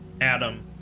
Adam